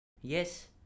Yes